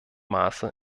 maße